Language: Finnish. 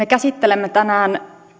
käsittelemme tänään